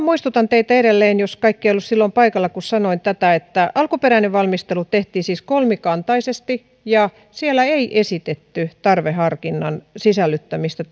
muistutan teitä edelleen jos kaikki eivät olleet silloin paikalla kun sanoin tätä että alkuperäinen valmistelu tehtiin siis kolmikantaisesti ja siellä ei esitetty tarveharkinnan sisällyttämistä